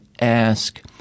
ask